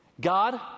God